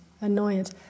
annoyance